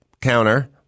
counter